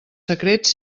secrets